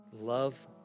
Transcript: love